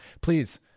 please